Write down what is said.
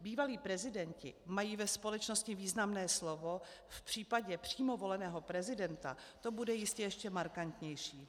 Bývalí prezidenti mají ve společnosti významné slovo, v případě přímo voleného prezidenta to bude jistě ještě markantnější.